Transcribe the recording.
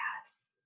Yes